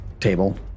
table